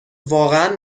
واقعا